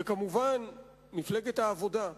וכמובן, מפלגת העבודה,